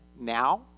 now